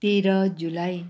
तेह्र जुलाई